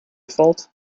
fault